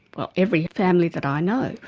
well every family that i know,